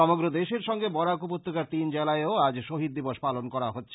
সমগ্র দেশের সঙ্গে বরাক উপত্যকার তিন জেলায়ও আজ শহীদ দিবস পালন করা হয়েছে